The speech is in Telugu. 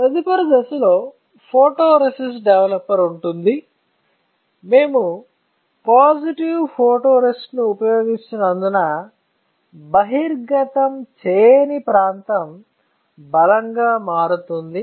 తదుపరి దశలో ఫోటోరేసిస్ట్ డెవలపర్ ఉంటుంది మేము పాజిటివ్ ఫోటోరేసిస్ట్ను ఉపయోగిస్తున్నందున బహిర్గతం చేయని ప్రాంతం బలంగా మారుతుంది